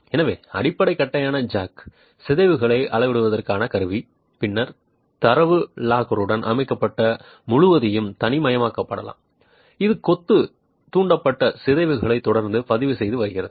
எனவே அடிப்படை தட்டையான ஜாக் சிதைவுகளை அளவிடுவதற்கான கருவி பின்னர் தரவு லாகருடன் அமைக்கப்பட்ட முழுவதையும் தானியக்கமாக்கலாம் இது கொத்து தூண்டப்பட்ட சிதைவுகளை தொடர்ந்து பதிவு செய்து வருகிறது